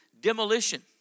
demolition